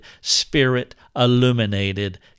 spirit-illuminated